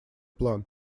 план